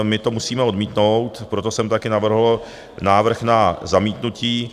my to musíme odmítnout, proto jsem taky navrhl návrh na zamítnutí.